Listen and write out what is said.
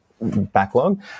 backlog